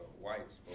whites